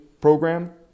program